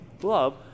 glove